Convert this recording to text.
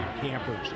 campers